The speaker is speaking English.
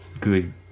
good